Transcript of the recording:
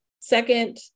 Second